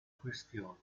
questioni